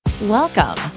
Welcome